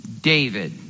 David